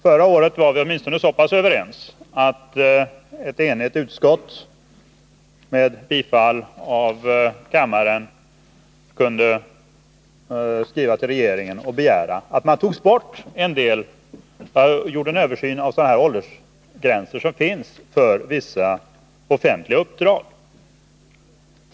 Förra året var vi åtminstone så överens att kammaren, efter hemställan från ett enigt utskott, skrev till regeringen och begärde en översyn av de åldersgränser som finns för vissa offentliga uppdrag.